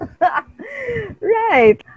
Right